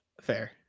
fair